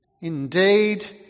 Indeed